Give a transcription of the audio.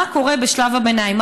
מה קורה בשלב הביניים?